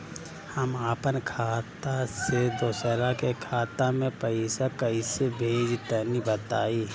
हम आपन खाता से दोसरा के खाता मे पईसा कइसे भेजि तनि बताईं?